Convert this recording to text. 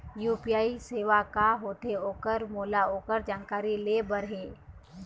UPI सेवा का होथे ओकर मोला ओकर जानकारी ले बर हे?